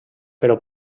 però